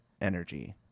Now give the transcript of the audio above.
energy